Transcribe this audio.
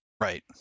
Right